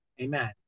Amen